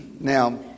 Now